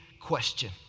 question